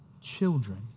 children